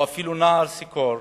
או אפילו נער שיכור